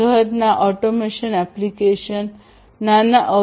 ઘરના automation application નાના ઔ